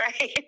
right